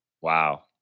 Wow